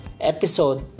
episode